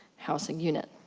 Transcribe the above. housing unit.